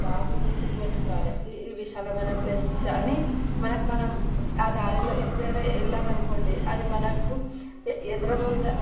బాగా గుర్తుపెట్టుకోవాలి ఇది విషాలమైన ప్లేసెస్ అని మనకు మనం ఆ దారిలో ఎప్పుడైనా వెళ్లామనుకోండి అది మనకు ఎదు ఎదురెమ్మను